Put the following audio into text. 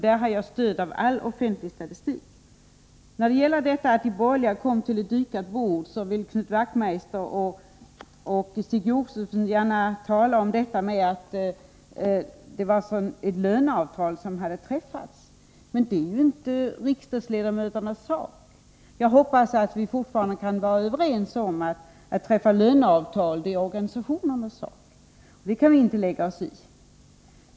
Där har jag stöd av all offentlig statistik. De borgerliga kom till ett dukat bord, men Knut Wachtmeister och Stig Josefson vill tala om det löneavtal som hade träffats. Jag hoppas att vi fortfarande kan vara överens om att löneavtal är det organisationernas sak att träffa, och det skall vi inte lägga oss i.